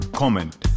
comment